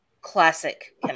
classic